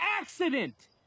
accident